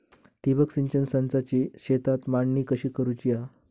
ठिबक सिंचन संचाची शेतात मांडणी कशी करुची हा?